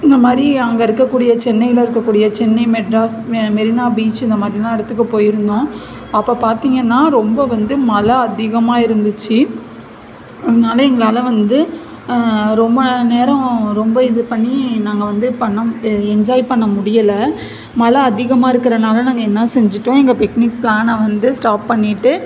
இந்த மாதிரி அங்கே இருக்கக்கூடிய சென்னையில இருக்கக்கூடிய சென்னை மெட்ராஸ் மெ மெரினா பீச் இந்த மாதிரிலாம் இடத்துக்கு போயிருந்தோம் அப்போ பார்த்திங்கன்னா ரொம்ப வந்து மழை அதிகமாக இருந்துச்சு அதனால எங்களால் வந்து ரொம்ப நேரம் ரொம்ப இது பண்ணி நாங்கள் வந்து பண்ண என்ஜாய் பண்ணமுடியலை மழை அதிகமாக இருக்கிறனால நாங்கள் என்ன செஞ்சிட்டோம் எங்கள் பிக்னிக் ப்ளானை வந்து ஸ்டாப் பண்ணிட்டு